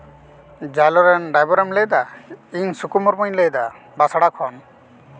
ᱡᱟᱭᱞᱚ ᱨᱮᱱ ᱰᱨᱟᱭᱵᱷᱟᱨ ᱮᱢ ᱞᱟᱹᱭᱫᱟ ᱤᱧ ᱥᱩᱠᱩ ᱢᱩᱨᱢᱩᱧ ᱞᱟᱹᱭᱫᱟ ᱵᱟᱥᱲᱟ ᱠᱷᱚᱱ